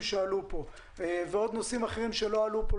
שעלו פה ועוד נושאים אחרים שלא עלו פה,